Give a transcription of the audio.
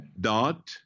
dot